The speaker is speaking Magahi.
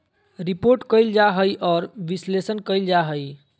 रिपोर्ट कइल जा हइ और विश्लेषण कइल जा हइ